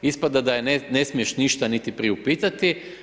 Ispada da je ne smiješ ništa niti priupitati.